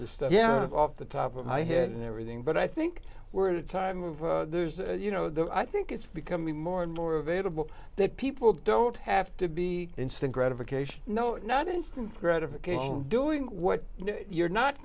the stuff yeah off the top of my head and everything but i think we're in a time of there's you know the i think it's becoming more and more available that people don't have to be instant gratification no not instant gratification doing what you're not